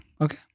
okay